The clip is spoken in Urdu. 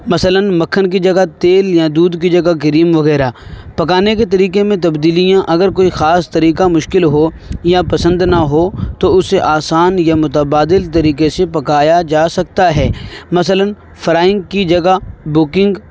مثلاً مکھن کی جگہ تیل یاں دودھ کی جگہ کریم وغیرہ پکانے کے طریقے میں تبدیلیاں اگر کوئی خاص طریقہ مشکل ہو یا پسند نہ ہو تو اسے آسان یا متبادل طریقے سے پکایا جا سکتا ہے مثلاً فرائنگ کی جگہ بکنگ